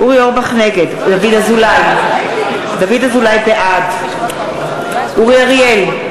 נגד דוד אזולאי, בעד אורי אריאל,